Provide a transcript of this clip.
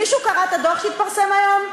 מישהו קרא את הדוח שהתפרסם היום?